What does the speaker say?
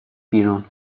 بیرون